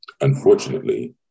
Unfortunately